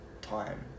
time